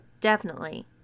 Definitely